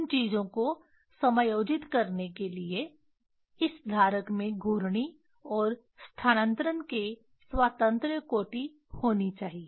उन चीजों को समायोजित करने के लिए इस धारक में घूर्णी और स्थानांतरण के स्वातंत्र्य कोटि होनी चाहिए